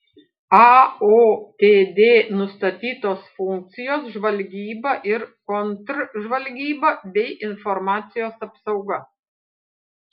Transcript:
aotd nustatytos funkcijos žvalgyba ir kontržvalgyba bei informacijos apsauga